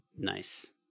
Nice